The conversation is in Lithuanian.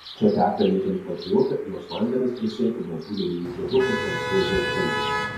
čia teka ne itin plati upė jos vandenys prisėti baltų lelijų žiedų ir melsvų hiacintų